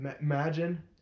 imagine